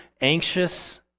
anxious